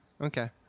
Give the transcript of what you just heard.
Okay